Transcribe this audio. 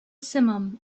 simum